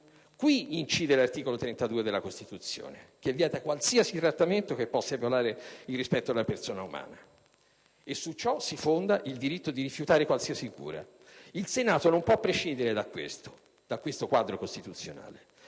Qui incide l'articolo 32 della Costituzione, che vieta qualsiasi trattamento che possa violare il rispetto della persona umana e su ciò si fonda il diritto di rifiutare qualsiasi cura. Il Senato non può prescindere da questo quadro costituzionale.